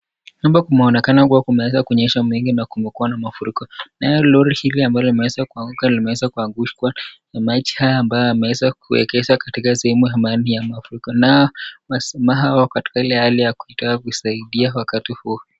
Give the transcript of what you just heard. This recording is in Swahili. Hapa kunaonekana kuwa kumeweza kunyesha mingi na kumekuwa na mafuriko. Nayo lori hili ambayo limeweza imeanguka limeweza kuanguka kwa maji haya ambayo yameweza kuegeza katika sehemu ya baadhi ya mafuriko. Nao wako katika hali ya kutaka kuisaidia wakati huu.